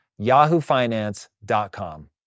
yahoofinance.com